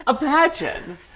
Imagine